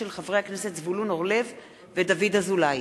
של חברי הכנסת זבולון אורלב ודוד אזולאי,